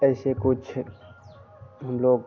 ऐसे कुछ हम लोग